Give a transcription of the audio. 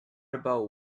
about